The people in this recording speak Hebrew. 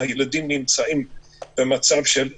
הילדים נמצאים במצב של אי-ודאות,